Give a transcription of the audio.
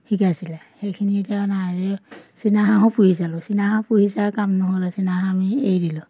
শিকাইছিলে সেইখিনি এতিয়া নাই চীনা হাঁহো পুহিছিলোঁ চীনা হাঁহ পুহি চাই কাম নহ'লে চীনা হাঁহ আমি এৰি দিলোঁ